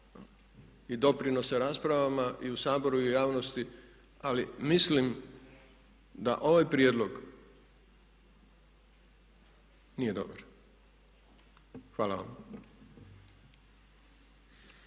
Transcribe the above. i doprinose raspravama i u Saboru i u javnosti ali mislim da ovaj prijedlog nije dobar. Hvala vam.